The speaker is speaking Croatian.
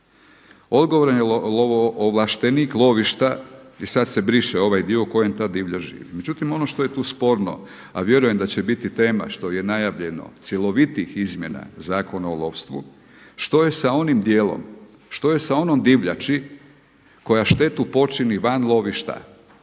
odgovoran je lovoovlaštenik lovišta“ i sada se briše ovaj dio: „u kojem ta divljač živi“. Međutim ono što je tu sporno a vjerujem da će biti tema što je najavljeno cjelovitijih izmjena Zakona o lovstvu, što je sa onim dijelom, što je sa onom divljači koja štetu počini van lovišta,